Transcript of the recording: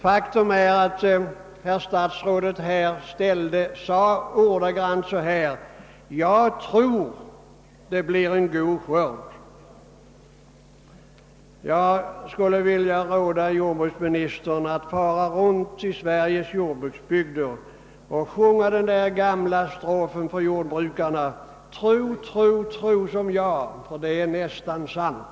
Faktum är att herr statsrådet sade: »Jag tror det blir en god skörd.» Jag skulle vilja råda jordbruksministern att fara runt i Sveriges jordbruksbygder och sjunga den gamla strofen »Tro, tro, tro som jag, för det är nästan sant».